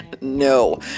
No